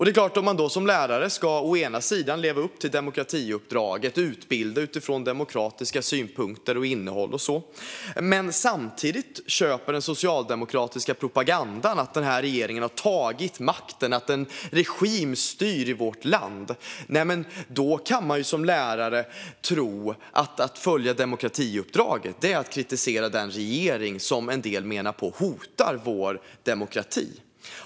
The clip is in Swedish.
Det är klart att om man som lärare ska leva upp till demokratiuppdraget och utbilda utifrån demokratiska synpunkter och demokratiskt innehåll och så men samtidigt köper den socialdemokratiska propagandan att den här regeringen har tagit makten och att en regim styr vårt land, då kan man ju som lärare tro att detta att följa demokratiuppdraget är att kritisera den regering som en del menar hotar vår demokrati.